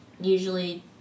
usually